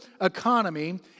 economy